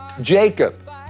Jacob